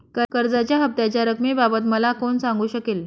कर्जाच्या हफ्त्याच्या रक्कमेबाबत मला कोण सांगू शकेल?